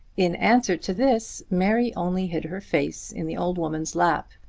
in answer to this mary only hid her face in the old woman's lap.